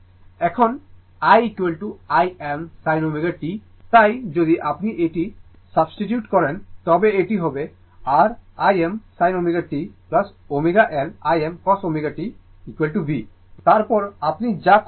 এখন i Im sin ω t করি তাই যদি আপনি এটি সাবস্টিটিউট করেন তবে এটি হবে R Im sin ω t ω L Im cos ω t v